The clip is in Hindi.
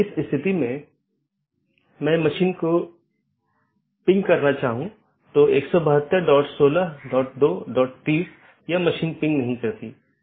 तो AS1 में विन्यास के लिए बाहरी 1 या 2 प्रकार की चीजें और दो बाहरी साथी हो सकते हैं